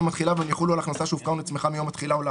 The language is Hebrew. התחילה) והן יחולו על הכנסה שהופקה או נצמחה מיום התחילה או לאחריו.